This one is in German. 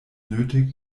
nötig